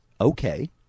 okay